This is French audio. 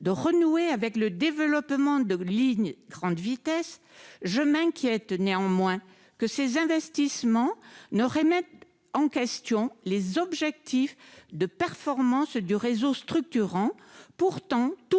de renouer avec le développement de lignes à grande vitesse, je m'inquiète néanmoins que ces investissements ne remettent en question les objectifs de performance du réseau structurant, pourtant tout